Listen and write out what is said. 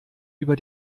über